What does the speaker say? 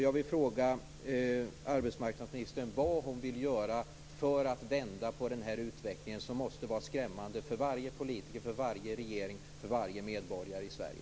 Jag vill fråga arbetsmarknadsministern vad hon vill göra för att vända denna utveckling som måste vara skrämmande för varje politiker, för varje regering och för varje medborgare i Sverige.